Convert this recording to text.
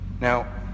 Now